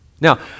Now